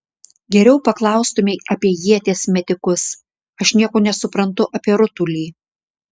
geriau paklaustumei apie ieties metikus aš nieko nesuprantu apie rutulį